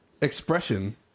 expression